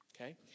Okay